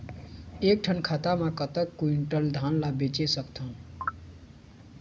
एक ठन खाता मा कतक क्विंटल धान ला बेच सकथन?